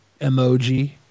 emoji